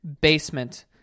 basement